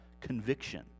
conviction